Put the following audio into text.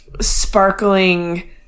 sparkling